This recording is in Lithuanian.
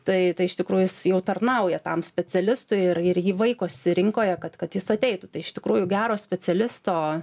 tai tai iš tikrųjų jau tarnauja tam specialistui ir ir jį vaikosi rinkoje kad kad jis ateitų tai iš tikrųjų gero specialisto